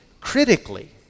critically